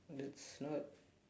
that's not